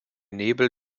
nebel